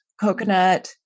coconut